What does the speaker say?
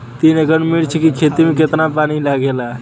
तीन एकड़ मिर्च की खेती में कितना पानी लागेला?